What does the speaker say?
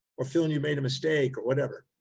or feeling you made a mistake or whatever.